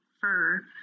fur